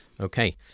Okay